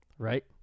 Right